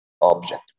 object